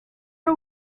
are